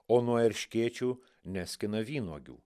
o nuo erškėčių neskina vynuogių